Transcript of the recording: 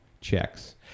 Checks